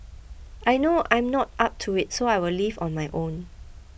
I know I'm not up to it so I will leave on my own